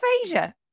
aphasia